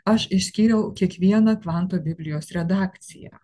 aš išskyriau kiekvieną kvanto biblijos redakciją